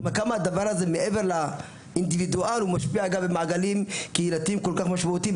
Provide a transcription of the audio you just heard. מעבר לאינדיבידואל הדבר הזה משפיע גם במעגלים קהילתיים משמעותיים.